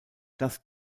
das